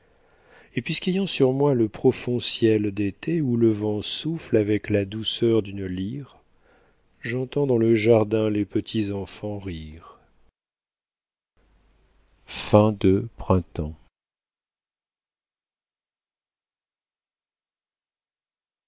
l'immensité et puisqu'ayant sur moi le profond ciel d'été où le vent souffle avec la douceur d'une lyre j'entends dans le jardin les petits enfants rire